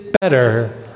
better